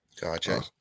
Gotcha